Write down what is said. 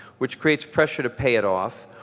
which creates pressure to pay it off,